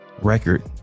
record